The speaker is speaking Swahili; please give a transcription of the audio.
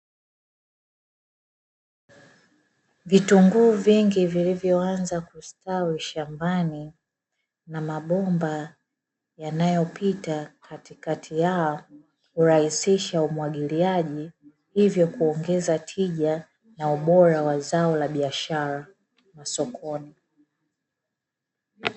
Vitunguu vingi vilivyoanza kustawi shambani na mabomba yanayopita katikati yao hurahisisha umwagiliaji hivyo huongeza tija na ubora wa zao la biashara masokoni.